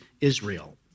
Israel